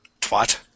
Twat